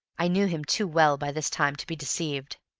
i knew him too well by this time to be deceived.